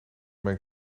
mijn